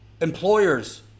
employers